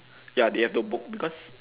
ya they have to book because